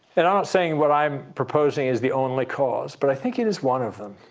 and i'm not saying what i'm proposing is the only cause, but i think it is one of them.